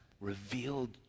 revealed